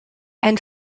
and